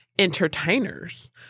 entertainers